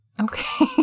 Okay